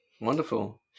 Wonderful